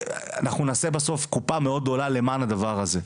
אנחנו נעשה בסוף קופה מאוד גדולה למען הדבר הזה.